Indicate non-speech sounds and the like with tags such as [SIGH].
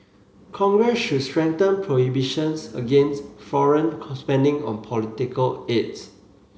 Congress should strengthen prohibitions against foreign [UNINTELLIGIBLE] spending on political ads